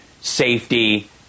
safety